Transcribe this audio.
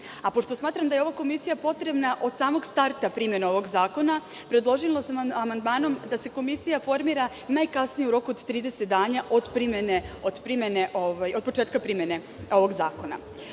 Pošto smatra da je ova komisija potrebna od samog starta primene ovog zakona, predložila sam amandmanom da se komisija formira najkasnije u roku od 30 dana od početka primene ovog zakona. Smatram